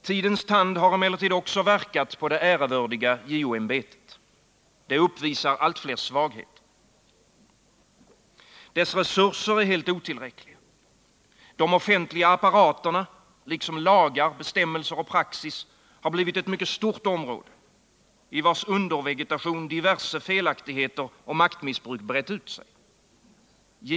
Tidens tand har emellertid också verkat på det ärevördiga JO-ämbetet. Det uppvisar allt fler svagheter. Dess resurser är helt otillräckliga. De offentliga apparaterna, liksom lagar, bestämmelser och praxis har blivit ett mycket stort område, i vars undervegetation diverse felaktigheter och maktmissbruk brett ut sig.